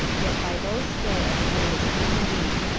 yet by those still of the greatest dignity.